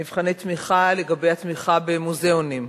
מבחני תמיכה לגבי התמיכה במוזיאונים,